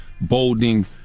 Bolding